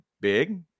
big